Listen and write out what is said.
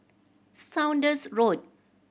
Saunders Road